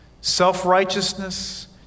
Self-righteousness